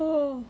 oh